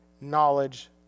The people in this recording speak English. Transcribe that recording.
knowledge